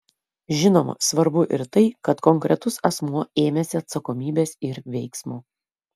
žinoma svarbu ir tai kad konkretus asmuo ėmėsi atsakomybės ir veiksmo